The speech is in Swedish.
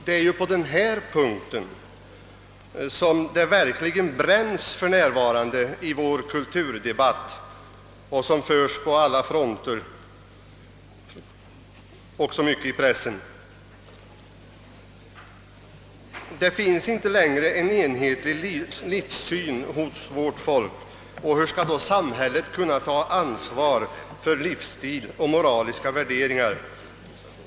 Det är på den punkten som det verkligen bränns för närvarande i vår kulturdebatt, som föres på alla fronter, bl.a. i stor utsträckning i pressen. Det finns inte längre en enhetlig livssyn hos vårt folk. Hur skall då samhället kunna ta ansvar för livsstil och moraliska värderingar?